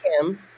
Kim